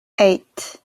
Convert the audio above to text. eight